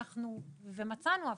ומצאנו הפרה,